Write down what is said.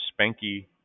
Spanky